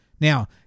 Now